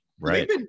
right